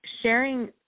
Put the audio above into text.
sharing